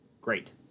Great